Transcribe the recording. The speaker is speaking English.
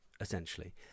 essentially